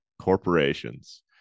corporations